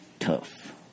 tough